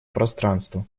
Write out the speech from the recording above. пространства